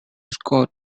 scott